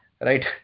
right